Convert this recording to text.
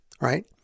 right